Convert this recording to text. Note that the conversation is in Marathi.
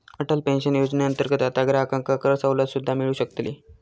अटल पेन्शन योजनेअंतर्गत आता ग्राहकांका करसवलत सुद्दा मिळू शकतली